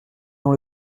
dans